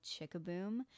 Chickaboom